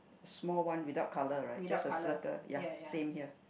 small one without colour right just a circle ya same here